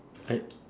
I